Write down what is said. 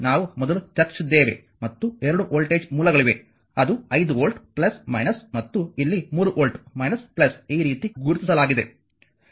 ನಾವು ಮೊದಲು ಚರ್ಚಿಸಿದ್ದೇವೆ ಮತ್ತು 2 ವೋಲ್ಟೇಜ್ ಮೂಲಗಳಿವೆ ಅದು 5 ವೋಲ್ಟ್ ಮತ್ತು ಇಲ್ಲಿ 3 ವೋಲ್ಟ್ ಈ ರೀತಿ ಗುರುತಿಸಲಾಗಿದೆ